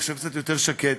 עכשיו קצת יותר שקט,